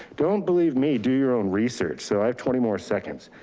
don't believe me, do your own research. so i have twenty more seconds.